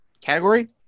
category